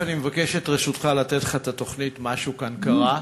אני מבקש את רשותך לתת לך את התוכנית "משהו כאן קרה".